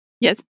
Yes